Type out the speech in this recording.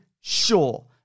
sure